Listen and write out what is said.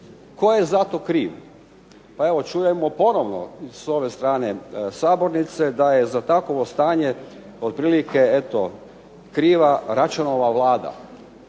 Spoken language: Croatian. Tko je za to kriv? Pa evo čujemo ponovno s ove strane sabornice da je za takovo stanje otprilike eto kriva Račanova vlada.